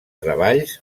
treballs